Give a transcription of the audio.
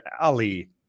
ali